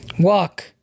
Walk